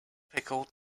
pickle